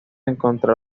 encontrar